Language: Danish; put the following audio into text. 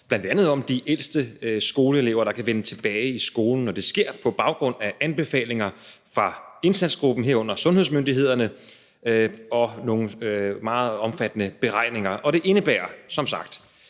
handler bl.a. om de ældste skoleelever, der kan vende tilbage til skolen, og det sker på baggrund af anbefalinger fra indsatsgruppen, herunder sundhedsmyndighederne, og nogle meget omfattende beregninger. Det indebærer, som det